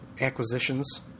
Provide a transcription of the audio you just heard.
acquisitions